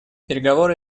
переговоры